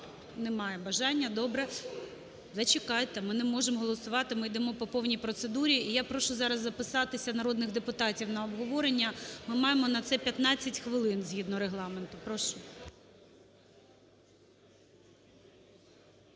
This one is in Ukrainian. Немає бажання, добре. Зачекайте, ми не можемо голосувати, ми йдемо по повній процедурі. І я прошу зараз записатися народних депутатів на обговорення ми маємо на це 15 хвилин згідно Регламенту. Прошу.